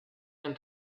end